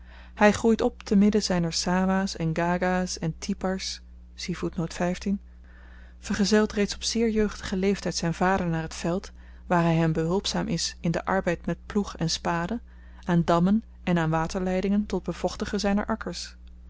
hy groeit op te midden zyner sawah's en gagah's en tipar's vergezelt reeds op zeer jeugdigen leeftyd zyn vader naar t veld waar hy hem behulpzaam is in den arbeid met ploeg en spade aan dammen en aan waterleidingen tot het bevochtigen zyner akkers